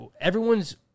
everyone's